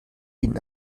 ihnen